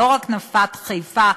לא רק נפת חיפה,